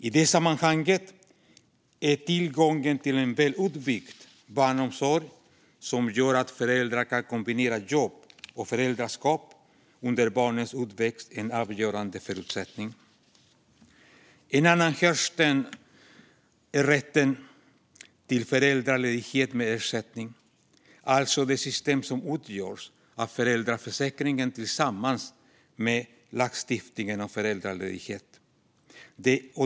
I det sammanhanget är tillgången till en väl utbyggd barnomsorg som gör att föräldrar kan kombinera jobb och föräldraskap under barnens uppväxt en avgörande förutsättning. En annan hörnsten är rätten till föräldraledighet med ersättning, alltså det system som utgörs av föräldraförsäkringen tillsammans med lagstiftningen om föräldraledighet.